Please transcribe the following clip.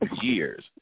years